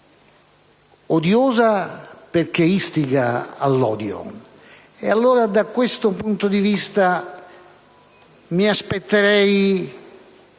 (odiosa perché istiga all'odio). Allora, da questo punto di vista mi sarei